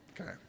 Okay